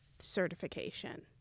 certification